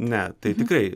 ne tai tikrai